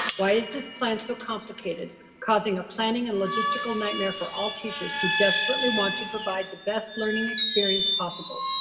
why is this plan so complicated causing a planning and logistical nightmare for all teachers who desperately want to provide the best learning experience possible?